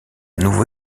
nouveau